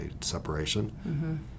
separation